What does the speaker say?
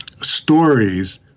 stories